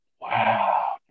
Wow